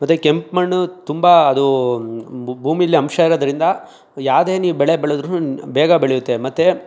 ಮತ್ತು ಕೆಂಪು ಮಣ್ಣು ತುಂಬ ಅದು ಭೂ ಭೂಮಿಲಿ ಅಂಶ ಇರೋದ್ರಿಂದ ಯಾವುದೇ ನೀವು ಬೆಳೆ ಬೆಳೆದ್ರೂ ಬೇಗ ಬೆಳೆಯುತ್ತೆ ಮತ್ತೆ